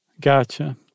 Gotcha